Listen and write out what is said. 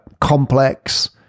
complex